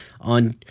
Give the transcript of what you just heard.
on